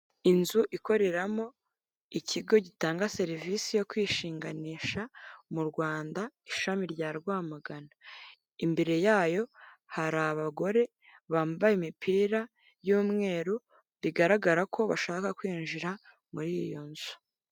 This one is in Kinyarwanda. Inzu ikoreramo ikigo gitanga serivisi yo kwishinganisha mu Rwanda ishami rya Rwamagana. Imbere yayo hari abagore bambaye imipira y'umweru bigaragara ko bashaka kwinjira muri iyo nzu.